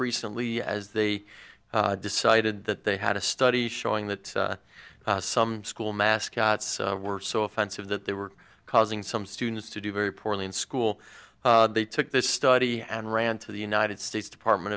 recently as they decided that they had a study showing that some school mascots were so offensive that they were causing some students to do very poorly in school they took this study and ran to the united states department